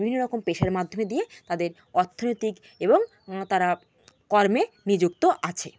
বিভিন্ন রকম পেশার মাধ্যমে দিয়ে তাদের অর্থনৈতিক এবং তারা কর্মে নিযুক্ত আছে